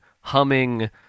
humming